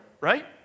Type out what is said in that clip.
right